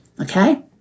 Okay